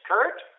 Kurt